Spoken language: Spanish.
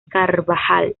carvajal